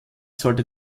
sollte